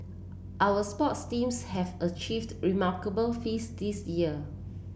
our sports teams have achieved remarkable feats this year